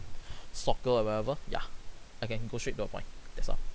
soccer or whatever yeah I can go straight to your point that's all